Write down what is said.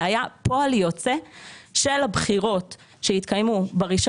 זה היה פועל יוצא של הבחירות שהתקיימו ב-1